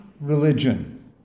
religion